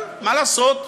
אבל מה לעשות,